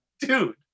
Dude